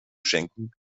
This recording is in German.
schenken